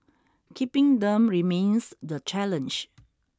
keeping them remains the challenge